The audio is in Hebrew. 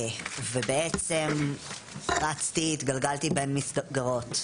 ובעצם רצתי, התגלגלתי בין מסגרות.